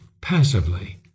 passively